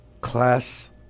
class